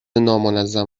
نامنظم